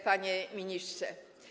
Panie Ministrze!